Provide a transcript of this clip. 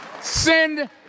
Send